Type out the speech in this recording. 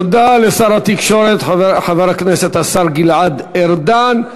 תודה לשר התקשורת, חבר הכנסת השר גלעד ארדן.